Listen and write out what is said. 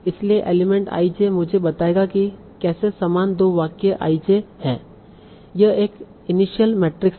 इसलिए element i j मुझे बताएगा कि कैसे समान दो वाक्य i j हैं यह एक इनिशियल मैट्रिक्स है